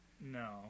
No